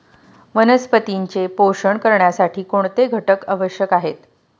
वनस्पतींचे पोषण करण्यासाठी कोणते घटक आवश्यक आहेत?